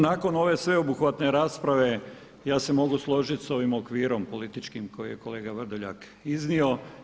Nakon ove sveobuhvatne rasprave ja se mogu složiti s ovim okvirom političkim kojeg je kolega Vrdoljak iznio.